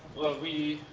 well we,